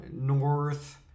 north